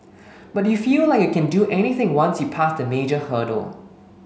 but you feel like you can do anything once you passed a major hurdle